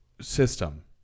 system